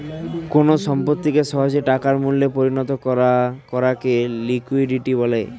কোন সম্পত্তিকে সহজে টাকার মূল্যে পরিণত করাকে লিকুইডিটি বলা হয়